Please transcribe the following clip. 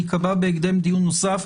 ייקבע בהקדם דיון נוסף,